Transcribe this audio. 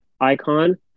icon